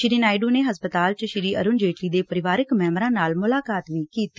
ਸ਼੍ਰੀ ਨਾਇਡੂ ਨੇ ਹਸਪਤਾਲ 'ਚ ਸ਼ੀ ਅਰੁਣ ਜੇਟਲੀ ਦੇ ਪਰਿਵਾਰਕ ਮੈਂਬਰਾਂ ਨਾਲ ਵੀ ਮੁਲਾਕਾਤ ਕੀਤੀ